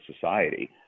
society